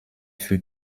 für